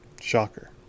Shocker